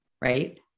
right